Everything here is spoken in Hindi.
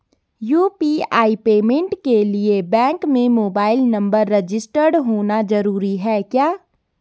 यु.पी.आई पेमेंट के लिए बैंक में मोबाइल नंबर रजिस्टर्ड होना जरूरी है क्या?